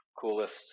coolest